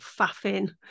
faffing